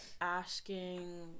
asking